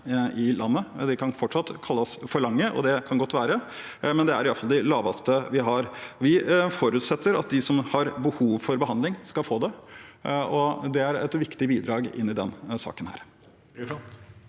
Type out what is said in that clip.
De kan fortsatt kalles for lange, det kan godt være, men de er iallfall de laveste vi har. Vi forutsetter at de som har behov for behandling, skal få det, og det er et viktig bidrag inn i denne saken.